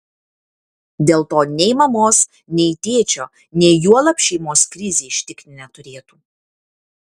dėl to nei mamos nei tėčio nei juolab šeimos krizė ištikti neturėtų